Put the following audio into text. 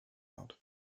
out